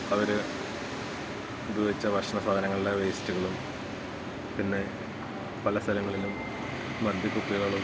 അവരുപയോഗിച്ച ഭക്ഷണസാധനങ്ങളുടെ വേയ്സ്റ്റുകളും പിന്നെ പല സ്ഥലങ്ങളിലും മദ്യക്കുപ്പികളും